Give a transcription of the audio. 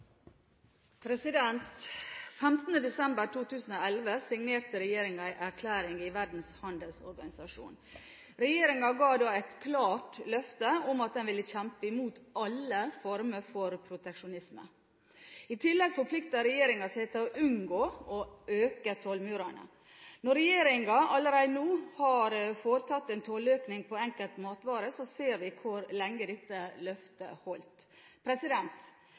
desember 2011 signerte regjeringen en erklæring i Verdens handelsorganisasjon. Regjeringen ga da et klart løfte om at den ville kjempe imot alle former for proteksjonisme. I tillegg forpliktet regjeringen seg til å unngå å øke tollmurene. Når regjeringen allerede nå har foretatt en tolløkning på enkelte matvarer, ser vi hvor lenge dette løftet holdt.